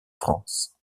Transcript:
france